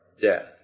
death